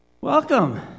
Welcome